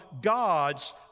God's